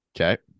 okay